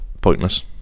Pointless